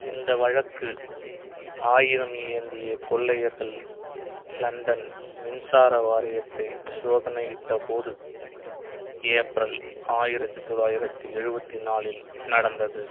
இந்த வழக்கு ஆயுதம் ஏந்திய கொள்ளையர்கள் லண்டன் மின்சார வாரியத்தை சோதனையிட்டப்போது ஏப்ரல் ஆயிரத்தி தொள்ளாயிரத்தி எழுபத்தி நாலில் நடந்தது